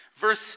Verse